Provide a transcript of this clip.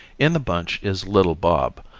in the bunch is little bob,